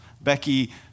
Becky